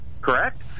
correct